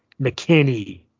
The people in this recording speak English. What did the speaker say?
McKinney